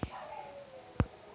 मोर लोन किस्त राशि कतेक छे?